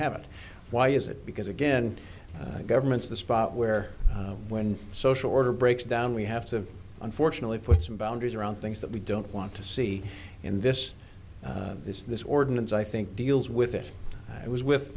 have it why is it because again governments the spot where when social order breaks down we have to unfortunately put some boundaries around things that we don't want to see in this this this ordinance i think deals with it it was